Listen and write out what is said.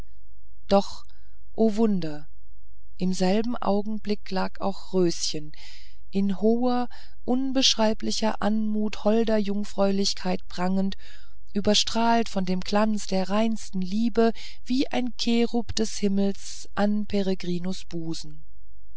doch o wunder in demselben augenblick lag auch röschen in hoher unbeschreiblicher anmut holder jungfräulichkeit prangend überstrahlt von dem glanz der reinsten liebe wie ein cherub des himmels an peregrinus busen